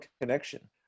connection